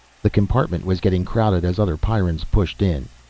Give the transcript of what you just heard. the compartment was getting crowded as other pyrrans pushed in.